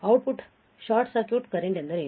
output short circuit current ಎಂದರೇನು